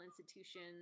institutions